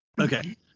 okay